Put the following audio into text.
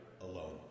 alone